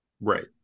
right